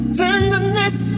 tenderness